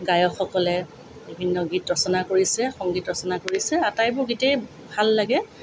গায়কসকলে বিভিন্ন গীত ৰচনা কৰিছে সংগীত ৰচনা কৰিছে আটাইবোৰ গীতেই ভাল লাগে